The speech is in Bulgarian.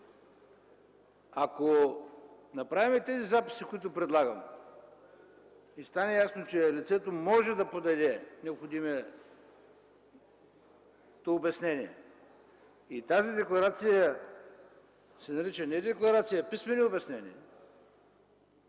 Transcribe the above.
Ако направим записите, които предлагам, ще стане ясно, че лицето може да подаде необходимото обяснение. Тази декларация да се нарича не „декларация”, а „писмени обяснения”.